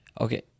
Okay